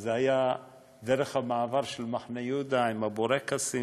זה היה דרך המעבר של מחנה-יהודה עם הבורקסים